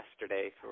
yesterday